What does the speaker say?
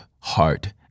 heart